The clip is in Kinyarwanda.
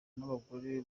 n’abagore